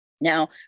Now